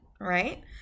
right